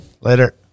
Later